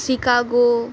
Chicago